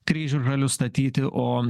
kryžažalius statyti o